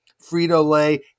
Frito-Lay